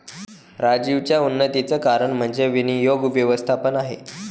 राजीवच्या उन्नतीचं कारण म्हणजे विनियोग व्यवस्थापन आहे